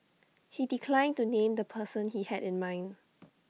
he declined to name the person he had in mind